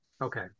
okay